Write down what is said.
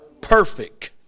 Perfect